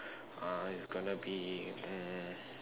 ah is gonna be mm